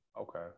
Okay